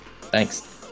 Thanks